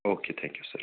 okay thank you sir